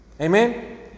Amen